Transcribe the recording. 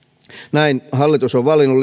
näin hallitus on valinnut